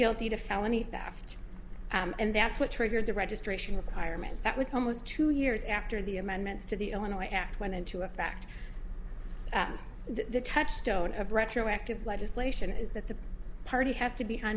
guilty to felony theft and that's what triggered the registration requirement that was almost two years after the amendments to the illinois act went into effect the touchstone of retroactive legislation is that the party has to be